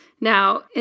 Now